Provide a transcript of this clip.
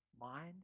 mind